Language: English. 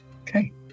Okay